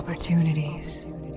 opportunities